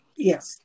Yes